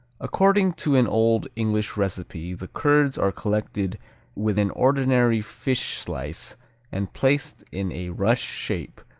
according to an old english recipe the curds are collected with an ordinary fish-slice and placed in a rush shape,